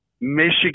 Michigan